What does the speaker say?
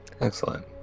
Excellent